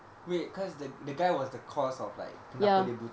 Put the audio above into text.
wait cause the the guy was the cause of like kenapa dia buta